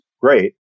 great